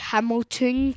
Hamilton